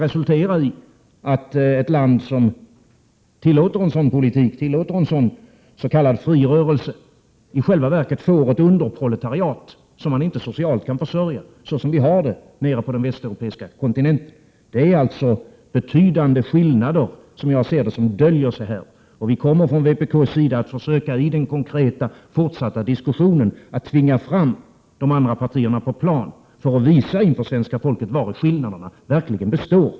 Resultatet av att ett land tillåter en sådan politik, en sådan s.k. fri rörelse, kan i själva verket bli att ett underproletariat uppstår som inte kan försörjas socialt. Detta är fallet på den västeuropeiska kontinenten. Det döljer sig alltså betydande skillnader här, och vpk kommer att försöka att i den konkreta fortsatta diskussionen tvinga fram de andra partierna på plan för att visa inför svenska folket vari skillnaderna verkligen består.